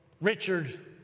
richard